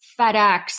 FedEx